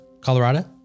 Colorado